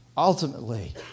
Ultimately